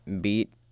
beat